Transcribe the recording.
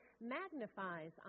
magnifies